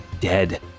dead